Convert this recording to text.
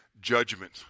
judgment